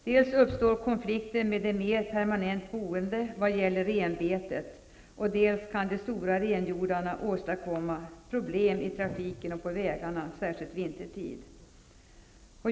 Dels uppstår konflikter med de mer permanent boende vad gäller renbetet, dels kan de stora renjordarna åstadkomma problem i trafiken och på vägarna, särskilt vintertid.